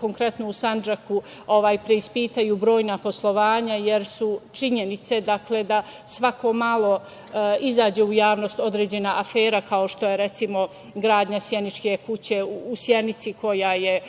konkretno u Sandžaku, preispitaju brojna poslovanja, jer su činjenice da svako malo izađe u javnost određena afera, kao što je, recimo, gradnja Sjeničke kuće u Sjenici, koja je